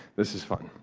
this is fun.